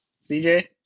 cj